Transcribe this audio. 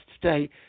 today